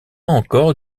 encore